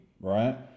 right